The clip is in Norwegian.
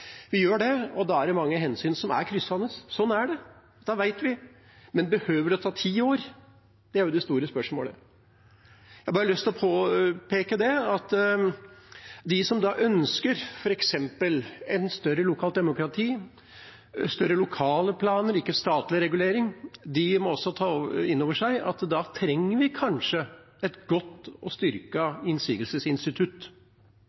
Vi gjør det, og da er det mange hensyn som er kryssende. Sånn er det, det vet vi, men behøver det å ta ti år? Det er det store spørsmålet. Jeg har bare lyst til å påpeke at de som ønsker f.eks. større lokalt demokrati, større lokale planer, ikke statlig regulering, må også ta inn over seg at da trenger vi kanskje et godt og